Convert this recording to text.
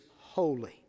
holy